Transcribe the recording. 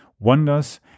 wonders